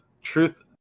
truth